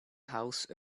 house